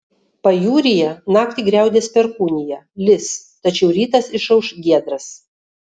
pajūryje naktį griaudės perkūnija lis tačiau rytas išauš giedras